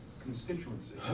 constituency